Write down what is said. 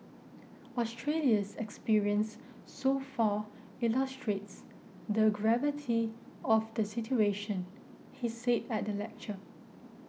Australia's experience so far illustrates the gravity of the situation he said at the lecture